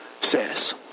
says